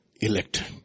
elected